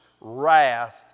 wrath